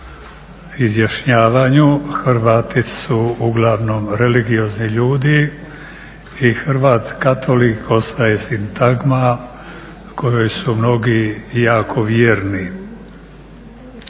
izjašnjavanju Hrvati su uglavnom religiozni ljudi i Hrvat Katolik ostaje sintagma kojoj su mnogi jako vjerni